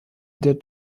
der